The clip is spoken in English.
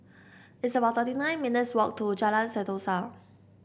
it's about thirty nine minutes' walk to Jalan Sentosa